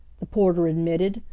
the porter admitted,